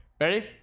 ready